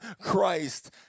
Christ